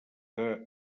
que